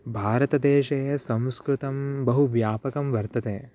भारतदेशे संस्कृतं बहु व्यापकं वर्तते